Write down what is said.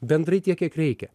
bendrai tiek kiek reikia